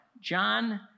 John